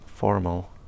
Formal